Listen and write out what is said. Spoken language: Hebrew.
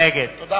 נגד תמה ההצבעה.